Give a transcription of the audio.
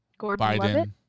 Biden